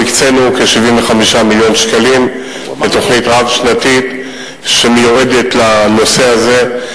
אנחנו הקצינו כ-75 מיליון שקלים לתוכנית רב-שנתית שמיועדת לנושא הזה.